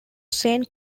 saint